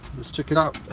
let's check it out.